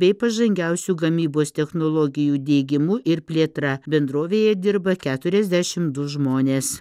bei pažangiausių gamybos technologijų diegimu ir plėtra bendrovėje dirba keturiasdešimt du žmonės